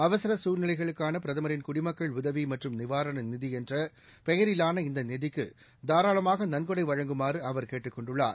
அவசர சூழ்நிலைகளுக்கான பிரதமரின் குடிமக்கள் உதவி மற்றும் நிவாரண நிதி என்ற பெயரிலான இந்த நிதிக்கு தாராளமாக நன்கொடை வழங்குமாறு அவர் கேட்டுக் கொண்டுள்ளார்